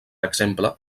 exemple